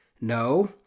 No